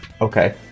Okay